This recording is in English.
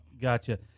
Gotcha